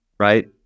right